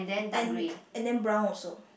and and then brown also